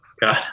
God